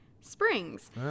springs